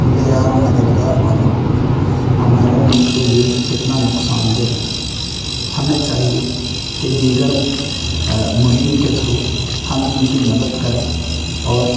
بے یار و مددگار ہونا ہمارے ملک کے لیے کتنا نقصان دہ ہے ہمیں چاہیے کہ دیگر مہم کے تھرو ہم ان کی مدد کریں اور